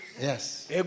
Yes